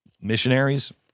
missionaries